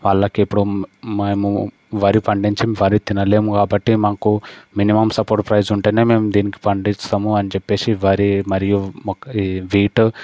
వాళ్ళకి ఎప్పుడూ మేము వరి పండించము వరి తినలేము కాబట్టి మాకు మినిమం సపోర్ట్ ప్రైస్ ఉంటేనే మేము దీనికి పండిస్తాము అని చెప్పేసి వరి మరియు వీట్